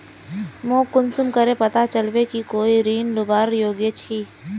मोक कुंसम करे पता चलबे कि मुई ऋण लुबार योग्य छी?